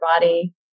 body